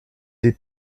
des